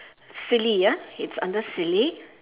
silly ah it's under silly